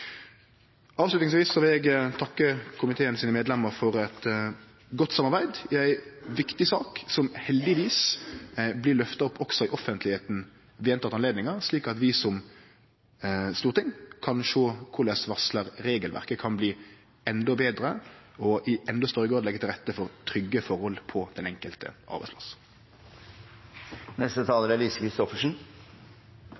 Avslutningsvis vil eg takke medlemene i komiteen for eit godt samarbeid i ei viktig sak, som heldigvis blir løfta opp også i offentlegheita ved gjentekne anledningar, slik at vi som storting kan sjå korleis varslarregelverket kan bli endå betre og i endå større grad leggje til rette for trygge forhold på den enkelte